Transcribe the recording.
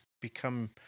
become